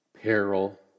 peril